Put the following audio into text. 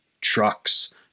trucks